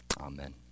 Amen